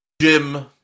Jim